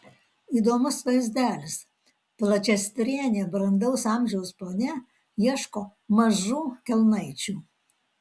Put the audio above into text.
įdomus vaizdelis plačiastrėnė brandaus amžiaus ponia ieško mažų kelnaičių